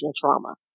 trauma